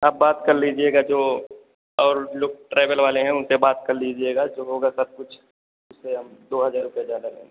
आप बात कर लीजिएगा जो और लोग ट्रैवल वाले हैं उनसे बात कर लीजिएगा जो होगा सब कुछ उससे हम दो हजार रुपया ज़्यादा लेंगे